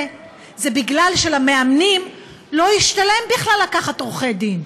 זה בגלל שלמאמנים לא השתלם בכלל לקחת עורכי דין.